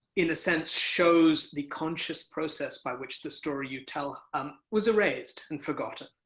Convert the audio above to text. in a sense, shows the conscious process by which the story you tell um was erased and forgotten.